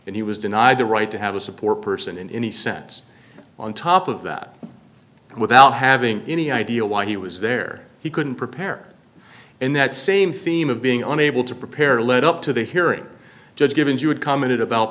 and he was denied the right to have a support person in any sense on top of that and without having any idea why he was there he couldn't prepare in that same theme of being unable to prepare a lead up to the hearing judge givens you had commented about